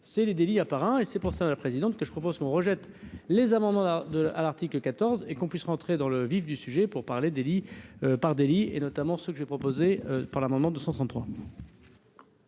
c'est les délits à part, hein, et c'est pour ça, la présidente que je propose qu'on rejette les amendements de à l'article 14 et qu'on puisse rentrer dans le vif du sujet pour parler délit par délit et notamment ce que j'ai proposé par l'amendement 233.